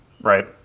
right